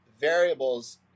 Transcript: variables